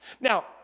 Now